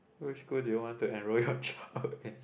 which school do you want to enroll your child in